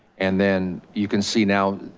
and then you can see now,